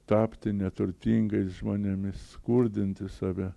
tapti neturtingais žmonėmis skurdinti save